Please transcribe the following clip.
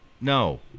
No